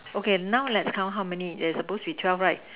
okay now let's count how many is there suppose to be twelve right